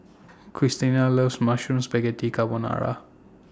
Cristina loves Mushroom Spaghetti Carbonara